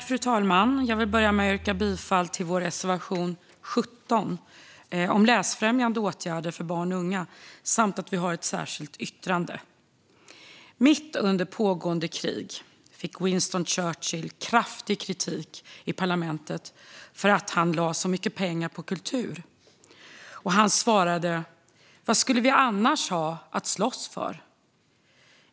Fru talman! Jag vill börja med att yrka bifall till vår reservation 17 om läsfrämjande åtgärder för barn och unga. Vi har också ett särskilt yttrande. Mitt under pågående krig fick Winston Churchill kraftig kritik i parlamentet för att han lade så mycket pengar på kultur. Han svarade: Vad skulle vi annars ha att slåss för?